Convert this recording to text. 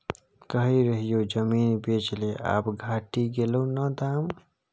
कहय रहियौ जमीन बेच ले आब घटि गेलौ न दाम